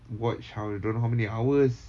watch how don't know how many hours